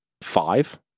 Five